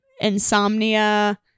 Insomnia